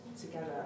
together